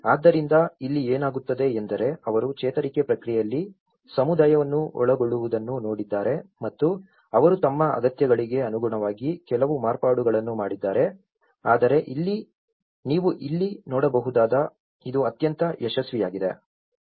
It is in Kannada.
ಆದ್ದರಿಂದ ಇಲ್ಲಿ ಏನಾಗುತ್ತದೆ ಎಂದರೆ ಅವರು ಚೇತರಿಕೆ ಪ್ರಕ್ರಿಯೆಯಲ್ಲಿ ಸಮುದಾಯವನ್ನು ಒಳಗೊಳ್ಳುವುದನ್ನು ನೋಡಿದ್ದಾರೆ ಮತ್ತು ಅವರು ತಮ್ಮ ಅಗತ್ಯಗಳಿಗೆ ಅನುಗುಣವಾಗಿ ಕೆಲವು ಮಾರ್ಪಾಡುಗಳನ್ನು ಮಾಡಿದ್ದಾರೆ ಆದರೆ ನೀವು ಇಲ್ಲಿ ನೋಡಬಹುದಾದದ್ದು ಇದು ಅತ್ಯಂತ ಯಶಸ್ವಿಯಾಗಿದೆ